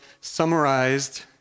summarized